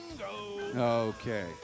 Okay